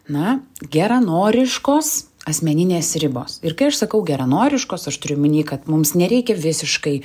na geranoriškos asmeninės ribos ir kai aš sakau geranoriškos aš turiu omeny kad mums nereikia visiškai